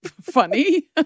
funny